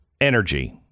energy